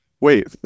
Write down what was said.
Wait